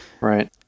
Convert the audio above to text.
Right